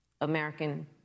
American